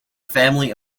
family